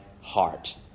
heart